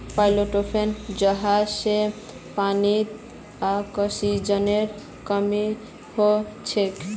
फाइटोप्लांकटनेर वजह से पानीत ऑक्सीजनेर कमी हैं जाछेक